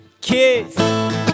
kiss